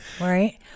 Right